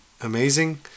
amazing